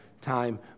time